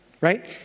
right